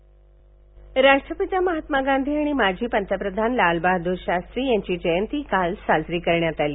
गांधी जयंती राष्ट्रपिता महात्मा गांधी आणि माजी पंतप्रथान लाल बहादूर शास्त्री यांची जयंती काल साजरी करण्यात आली